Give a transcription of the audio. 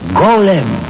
golem